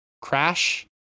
Crash